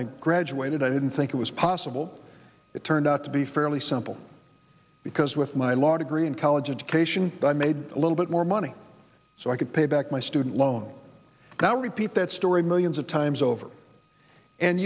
i graduated i didn't think it was possible it turned out to be fairly simple because with my law degree in college education i made a little bit more money so i could pay back my student loan now repeat that story millions of times over and